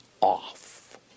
off